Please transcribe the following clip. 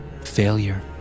Failure